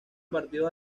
partidos